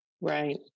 Right